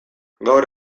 gaur